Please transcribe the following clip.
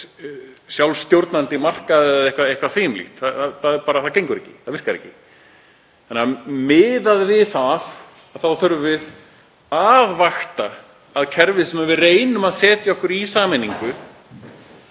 höfum sjálfstjórnandi markaði eða eitthvað því um líkt. Það bara gengur ekki. Það virkar ekki. Þannig að miðað við það þá þurfum við að vakta að kerfið sem við reynum að setja okkur í sameiningu